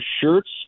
shirts